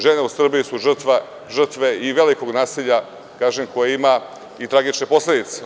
Žene u Srbiji su žrtve velikog nasilja, kažem, koje ima tragične posledice.